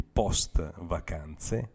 post-vacanze